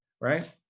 Right